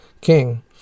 king